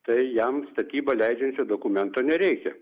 tai jam statybą leidžiančio dokumento nereikia